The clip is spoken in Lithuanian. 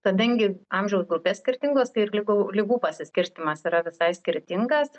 kadangi amžiaus grupės skirtingos tai ir ligų ligų pasiskirstymas yra visai skirtingas